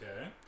Okay